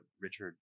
Richard